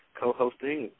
co-hosting